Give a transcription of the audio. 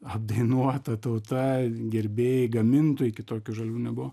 apdainuota tauta gerbėjai gamintojai kitokių žaliavų negu